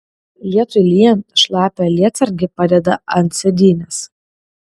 lietui lyjant šlapią lietsargį padeda ant sėdynės